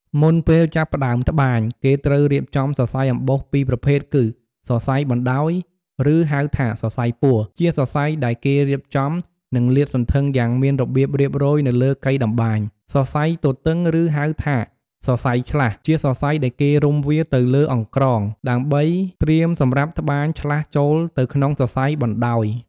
មុនពេលចាប់ផ្ដើមត្បាញ គេត្រូវរៀបចំសរសៃអំបោះពីរប្រភេទគឺ សរសៃបណ្ដោយ ឬហៅថា សរសៃពួរ ជាសរសៃដែលគេរៀបចំ និងលាតសន្ធឹងយ៉ាងមានរបៀបរៀបរយនៅលើកីតម្បាញ សរសៃទទឹងឬហៅថាសរសៃឆ្លាស់ ជាសរសៃដែលគេរុំវាទៅលើអង្រ្កង ដើម្បីត្រៀមសម្រាប់ត្បាញឆ្លាស់ចូលទៅក្នុងសរសៃបណ្ដោយ។